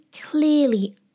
clearly